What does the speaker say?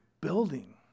building